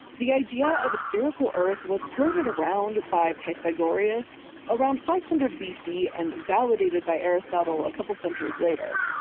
the idea of a spherical earth was floated around by pythagoreous around five hundred bc and validated by aristotle a couple centuries later.